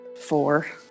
Four